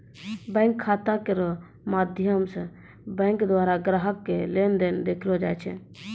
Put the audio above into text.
bank खाता रो माध्यम से बैंक द्वारा ग्राहक के लेन देन देखैलो जाय छै